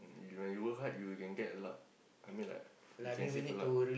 when you work hard you can get a lot I mean like you can achieve a lot